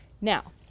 Now